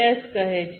S કહે છે